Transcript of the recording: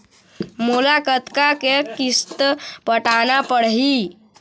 मोला कतका के किस्त पटाना पड़ही?